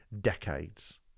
decades